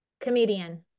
Comedian